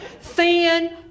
Thin